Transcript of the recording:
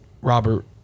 Robert